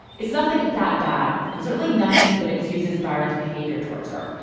it's nothing that bad and certainly nothing that excuses byron's behavior towards her.